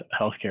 healthcare